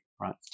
right